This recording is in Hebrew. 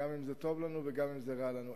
גם אם זה טוב לנו וגם אם זה רע לנו.